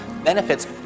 benefits